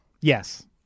Yes